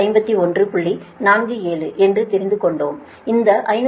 47 என்று தெரிந்து கொண்டோம் இந்த 551